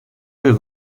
will